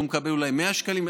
הוא מקבל אולי 100 שקלים.